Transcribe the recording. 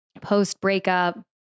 post-breakup